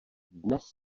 dnes